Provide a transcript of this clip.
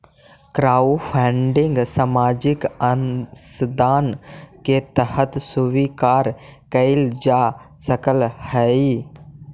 crowdfunding सामाजिक अंशदान के तरह स्वीकार कईल जा सकऽहई